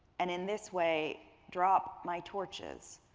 and in this way drop my torches.